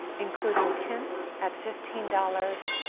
including tint at fifteen dollars,